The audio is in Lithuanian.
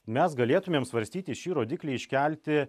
mes galėtumėm svarstyti šį rodiklį iškelti